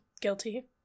guilty